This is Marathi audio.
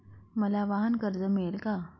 मला वाहनकर्ज मिळेल का?